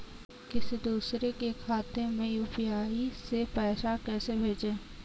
किसी दूसरे के खाते में यू.पी.आई से पैसा कैसे भेजें?